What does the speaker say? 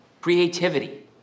creativity